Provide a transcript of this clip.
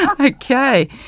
Okay